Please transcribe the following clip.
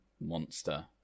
monster